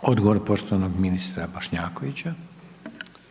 **Reiner, Željko